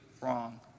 wrong